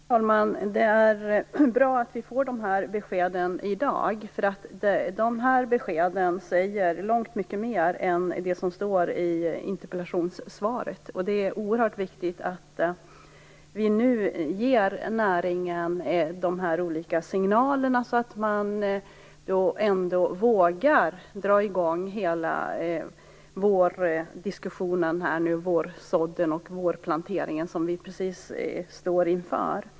Fru talman! Det är bra att vi får de här beskeden i dag. De säger långt mycket mer än det som står i interpellationssvaret. Det är oerhört viktigt att vi nu ger näringen de här olika signalerna, så att man ändå vågar dra igång hela vårdiskussionen, dra igång vårsådd och vårplantering som man nu står inför.